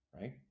right